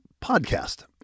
podcast